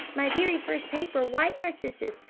my very first paper white narcissus!